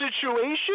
situation